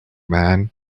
man